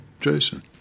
Jason